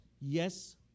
Yes